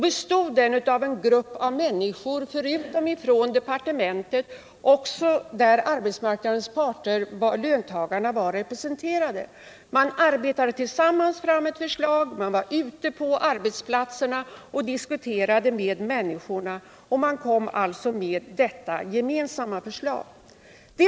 bestod av en grupp människor från departementet och representanter för arbetsmarknadens parter, där alltså även löntagarna var representerade. De arbetade tillsammans fram ewt förslag. Man var ute på arbetsplatserna och diskuterade med människorna där. Sedan lade man fram det gemensamma förslaget.